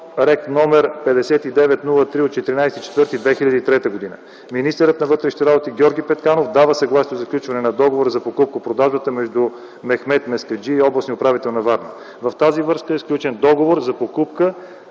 рег. № 5903 от 14 април 2003 г. Министърът на вътрешните работи Георги Петканов дава съгласие за сключване на договора за покупко-продажбата между Мехмед Мускаджи и областния управител на Варна. В тази връзка е сключен договор за покупка